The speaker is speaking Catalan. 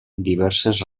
diverses